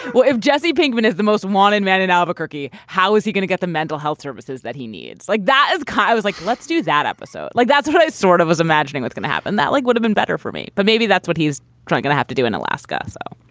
well if jesse pinkman is the most wanted man in albuquerque how is he going to get the mental health services that he needs like that is. kind of i was like let's do that episode. like that's what i sort of was imagining what going to happen that leg would've been better for me but maybe that's what he's trying to have to do in alaska. so.